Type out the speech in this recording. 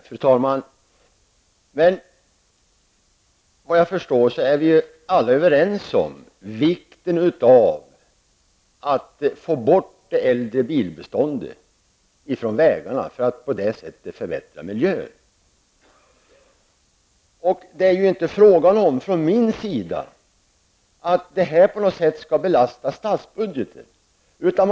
Fru talman! Såvitt jag förstår är vi alla överens om vikten av att det äldre bilbeståndet kommer bort från vägarna, så att det på det sättet kan bli en bättre miljö. Jag menar alls inte att det här på något sätt skulle belasta statsbudgeten.